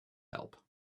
help